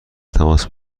تماس